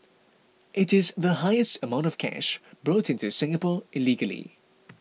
it is the highest amount of cash brought into Singapore illegally